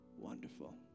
Wonderful